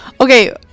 Okay